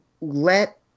let